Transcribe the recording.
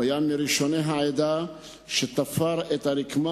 הוא היה מראשוני העדה שתפרו את הרקמה